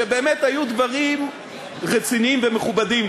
שבאמת היו דברים רציניים ומכובדים,